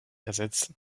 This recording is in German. ersetzen